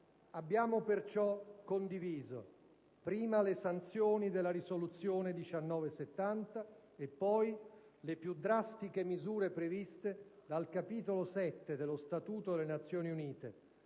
Abbiamo perciò condiviso prima le sanzioni della risoluzione n. 1970 e poi le più drastiche misure previste dal capitolo VII dello Statuto delle Nazioni Unite.